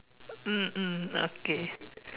mm mm okay